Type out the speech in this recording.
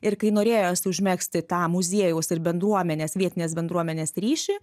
ir kai norėjos užmegzti tą muziejaus ir bendruomenės vietinės bendruomenės ryšį